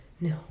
No